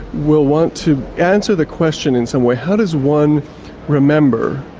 will want to answer the question in some way how does one remember,